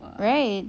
right